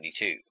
1972